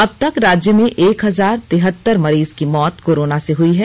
अब तक राज्य में एक हजार तिहतर मरीज की मौत कोरोना से हई हैं